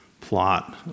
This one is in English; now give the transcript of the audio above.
plot